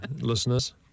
listeners